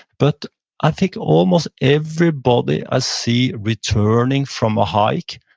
but i think almost everybody i see returning from a hike,